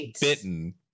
bitten